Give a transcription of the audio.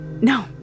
No